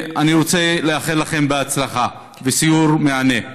אני רוצה לאחל לכם בהצלחה וסיור מהנה.